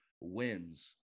wins